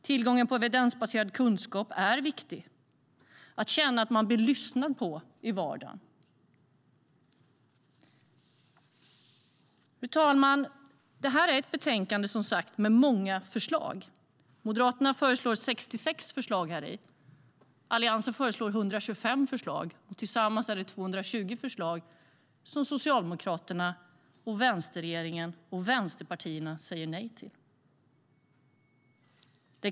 Tillgången till evidensbaserad kunskap är viktig. Det gäller att känna att man blir lyssnad på i vardagen. Fru talman! Detta är ett betänkande med många förslag. Moderaterna har 66 förslag. Alliansen har 125 förslag. Totalt är det 220 förslag som Socialdemokraterna och vänsterpartierna säger nej till.